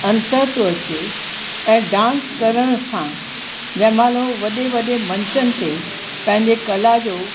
अंतर थो अचे ऐं डांस करण सां जंहिं महिल वॾे वॾे मंचनि ते पंहिंजे कला जो